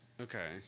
Okay